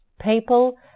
people